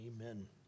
Amen